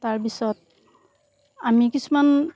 তাৰ পিছত আমি কিছুমান